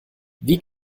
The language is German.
wie